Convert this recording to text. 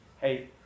Hey